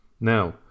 Now